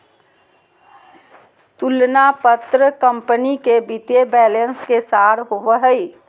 तुलना पत्र कंपनी के वित्तीय बैलेंस के सार होबो हइ